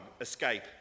escape